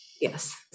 Yes